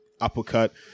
uppercut